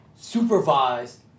supervised